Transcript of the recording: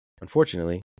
unfortunately